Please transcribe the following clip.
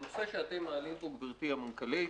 הנושא שאתם מעלים פה, גברתי המנכ"לית,